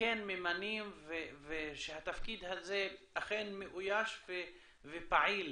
כן ממנים ושהתפקיד הזה אכן מאויש ופעיל,